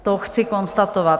To chci konstatovat.